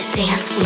dance